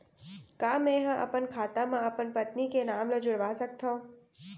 का मैं ह अपन खाता म अपन पत्नी के नाम ला जुड़वा सकथव?